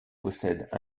possède